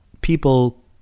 people